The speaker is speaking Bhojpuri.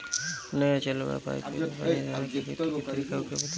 नया चलल बा पाईपे मै पानी बहाके खेती के तरीका ओके बताई?